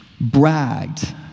bragged